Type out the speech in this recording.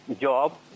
job